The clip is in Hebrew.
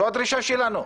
זאת הדרישה שלנו.